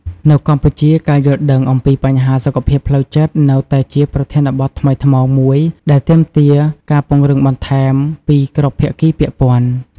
នៅកម្ពុជា ការយល់ដឹងអំពីបញ្ហាសុខភាពផ្លូវចិត្តនៅតែជាប្រធានបទថ្មីថ្មោងមួយដែលទាមទារការពង្រឹងបន្ថែមពីគ្រប់ភាគីពាក់ព័ន្ធ។